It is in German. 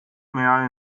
mehr